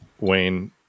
Wayne